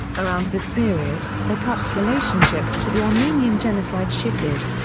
around this period, the cup's relationship to the armenian genocide shifted.